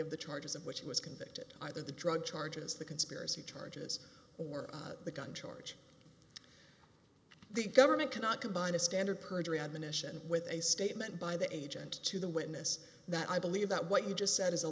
of the charges of which was convicted either the drug charges the conspiracy charges or the gun charge the government cannot combine a standard perjury admonition with a statement by the agent to the witness that i believe that what you just said is a